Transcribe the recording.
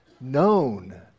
known